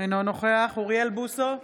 אינו נוכח אוריאל בוסו,